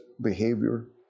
behavior